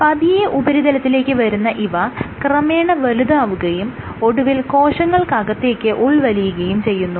പതിയെ ഉപരിതലത്തിലേക്ക് വരുന്ന ഇവ ക്രമേണ വലുതാവുകയും ഒടുവിൽ കോശങ്ങൾക്കകത്തേക്ക് ഉൾവലിയുകയും ചെയ്യുന്നു